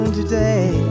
today